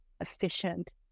efficient